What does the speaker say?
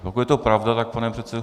Pokud je to pravda, tak pane předsedo...